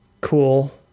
cool